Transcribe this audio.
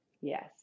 Yes